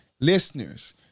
listeners